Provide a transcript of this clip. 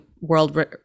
world